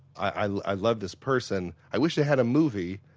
i i love this person, i wish they had a movie!